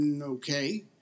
okay